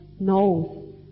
knows